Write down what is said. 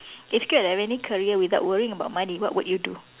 if could have any career without worrying about money what would you do